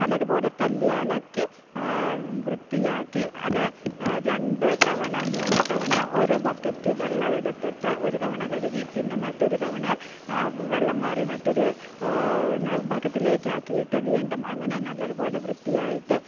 നല്ലതുപോലെ തല്ലിയലക്കി വൃത്തിയാക്കി അത് രണ്ടു തവണ മൂന്നു തവണ ഓരോ ബക്കറ്റ് വെള്ളമെടുത്തിട്ട് ഒരു തവണ കഴുകി പിന്നെ മറ്റൊരു തവണ ആ വെള്ളം മാറി മറ്റൊരു ബക്കറ്റിലേക്കാക്കിയിട്ട് വീണ്ടും അങ്ങനെ നല്ലതുപോലെ വൃത്തിയായിട്ട്